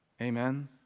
Amen